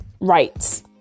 rights